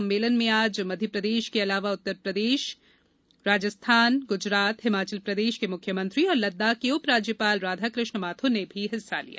सम्मेलन में आज मध्य प्रदेश के अलावा उत्तर प्रदेश राजस्थान गुजरात हिमाचल प्रदेश के मुख्यमंत्री और लद्दाख के उप राज्यपाल राधाकृष्ण माथुर ने भी हिस्सा लिया